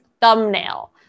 thumbnail